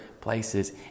places